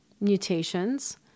mutations